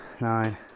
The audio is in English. nine